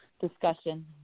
discussion